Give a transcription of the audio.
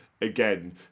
again